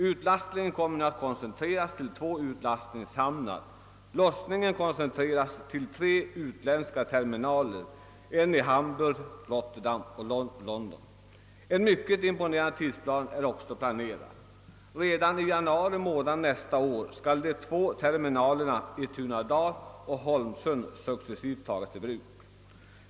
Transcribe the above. Utlastningen avses att koncentreras till två hamnar, och lossningen förläggs till tre utländska terminaler, nämligen i Hamburg, Rotterdam och London. En mycket imponerande tidsplan är också utarbetad. Redan i januari månad nästa år skall de två terminalerna i Tunadal och Holmsund successivt tagas i bruk.